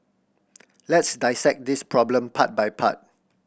let's dissect this problem part by part